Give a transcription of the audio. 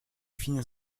fine